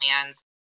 plans